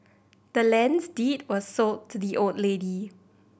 the land's deed was sold to the old lady